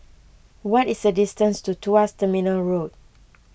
what is the distance to Tuas Terminal Road